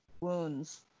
wounds